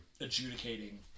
Adjudicating